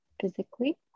physically